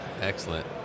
Excellent